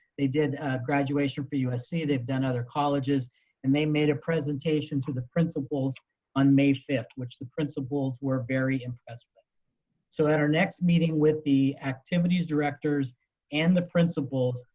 they did graduation for usc, they've done other colleges and they made a presentation to the principals on may fifth, which the principals were very impressed with. so at our next meeting with the activities directors and the principals,